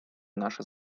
наша